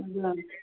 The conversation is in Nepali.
हजर